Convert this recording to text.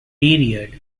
period